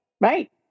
right